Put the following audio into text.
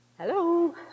Hello